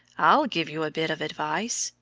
i'll give you a bit of advice.